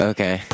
Okay